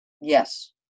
Yes